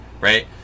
right